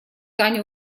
дань